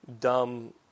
dumb